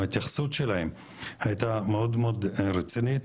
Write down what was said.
גם ההתייחסות שלהם הייתה מאוד מאוד רצינית.